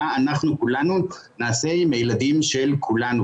מה אנחנו כולנו נעשה עם הילדים של כולנו,